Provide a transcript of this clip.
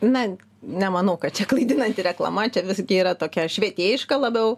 na nemanau kad čia klaidinanti reklama čia visgi yra tokia švietėjiška labiau